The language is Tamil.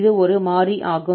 இது ஒரு மாறி ஆகும்